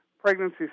pregnancy